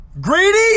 Greedy